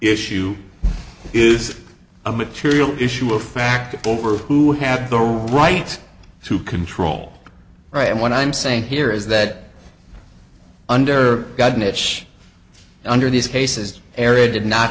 issue is a material issue of fact over who had the right to control right and what i'm saying here is that under god mitch under these cases area did not